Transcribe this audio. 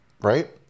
right